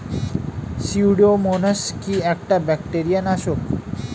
Pseudomonas কি একটা bacteria নাশক?